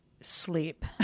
Sleep